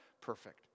perfect